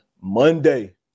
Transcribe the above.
Monday